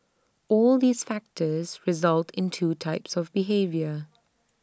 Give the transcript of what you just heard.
all these factors result in two types of behaviour